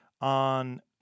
on